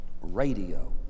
radio